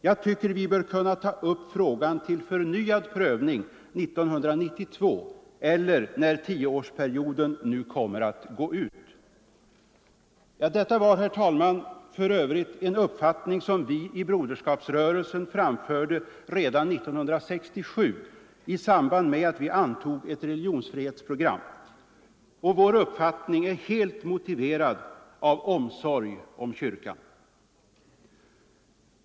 Jag tycker vi bör kunna ta upp frågan till förnyad prövning 1992, eller när tioårsperioden nu kommer att gå ut.” Detta var, herr talman, för övrigt en uppfattning som vi i Broderskapsrörelsen framförde redan 1967 i samband med att vi antog ett religionsfrihetsprogram. Vår uppfattning är helt motiverad av omsorg om kyrkan.